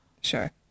Sure